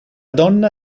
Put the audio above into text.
donna